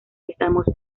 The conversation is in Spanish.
estamos